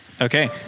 Okay